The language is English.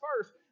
first